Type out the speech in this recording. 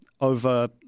over